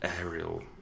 Aerial